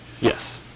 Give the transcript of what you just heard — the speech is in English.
Yes